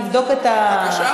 נבדוק את הסוגיה.